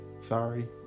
sorry